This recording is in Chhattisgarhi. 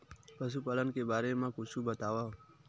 पशुपालन के बारे मा कुछु बतावव?